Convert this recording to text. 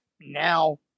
now